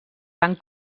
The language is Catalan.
tant